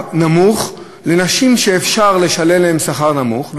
נמוך לנשים שאפשר לשלם להן שכר נמוך,